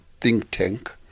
think-tank